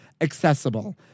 accessible